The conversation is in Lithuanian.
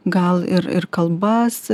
gal ir ir kalbas